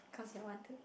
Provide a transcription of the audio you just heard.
cause you all want to